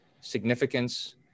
significance